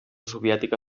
soviètica